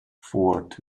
fort